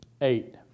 eight